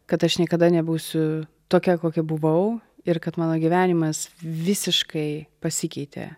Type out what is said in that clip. kad aš niekada nebūsiu tokia kokia buvau ir kad mano gyvenimas visiškai pasikeitė